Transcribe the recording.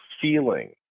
feeling